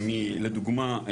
מ-לדוגמא,